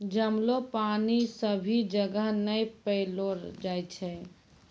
जमलो पानी सभी जगह नै पैलो जाय छै